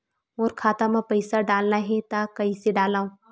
मोर खाता म पईसा डालना हे त कइसे डालव?